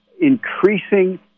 increasing